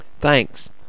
Thanks